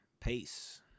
Peace